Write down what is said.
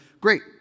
great